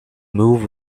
move